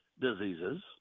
diseases